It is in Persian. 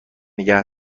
نگه